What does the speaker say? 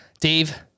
Dave